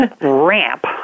ramp